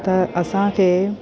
त असांखे